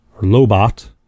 Lobot